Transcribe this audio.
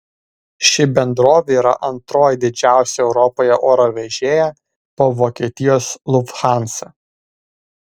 ši bendrovė yra antroji didžiausią europoje oro vežėja po vokietijos lufthansa